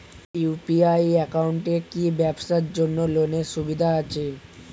UPI একাউন্টে কি ব্যবসার জন্য লোনের সুবিধা আছে?